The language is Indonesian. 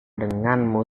denganmu